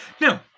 no